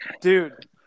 Dude